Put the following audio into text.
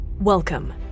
Welcome